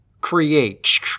create